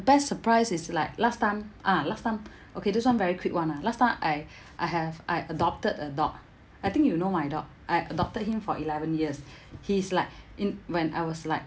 best surprise is like last time ah last time okay this [one] very quick [one] ah last time I I have I adopted a dog I think you know my dog I adopted him for eleven years he's like in when I was like